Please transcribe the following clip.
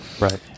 Right